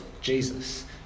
Jesus